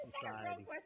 society